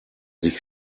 sich